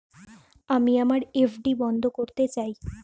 আমি আমার এফ.ডি বন্ধ করতে চাই